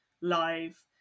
live